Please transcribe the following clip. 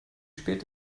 spät